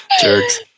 jerks